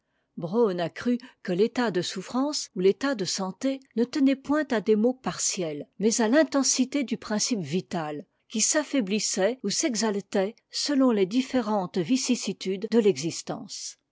brown a cru que l'état de souffrance ou l'état de santé ne tenait point à des maux partiels mais à l'intensité du principe vital qui s'affoibtissait ou s'exaltait selon les différentes vicissitudes de l'existence